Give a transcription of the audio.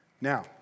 Now